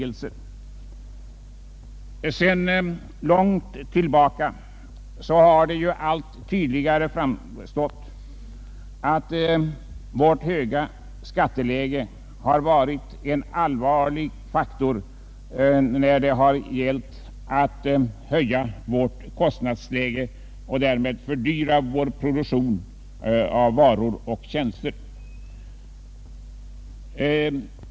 Under lång tid har det framstått allt tydligare att våra höga skatter allvarligt har bidragit till att höja värt kostnadsläge och därmed fördyra vår produktion av varor och tjänster.